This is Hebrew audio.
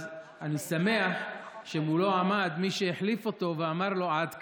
אז אני שמח שמולו עמד מי שהחליף אותו ואמר לו: עד כאן.